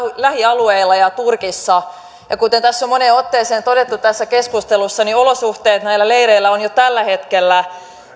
lähialueilla ja turkissa ja kuten on moneen otteeseen todettu tässä keskustelussa olosuhteet näillä leireillä ovat jo tällä hetkellä